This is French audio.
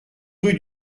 rue